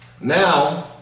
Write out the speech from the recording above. now